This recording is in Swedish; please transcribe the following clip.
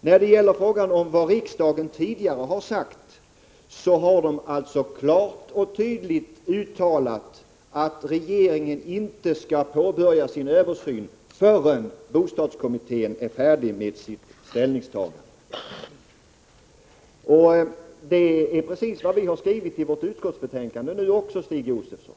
När det gäller vad riksdagen tidigare har sagt, har den alltså klart och tydligt uttalat att regeringen inte skall påbörja sin översyn förrän bostadskommittén är färdig med sitt ställningstagande. Det är precis vad vi nu har skrivit i vårt utskottsbetänkande, Stig Josefson.